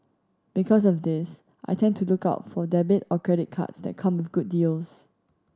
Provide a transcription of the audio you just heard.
because of this I tend to look out for debit or credit cards that come with good deals